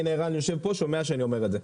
הנה, ערן יושב פה, שומע שאני אומר את זה.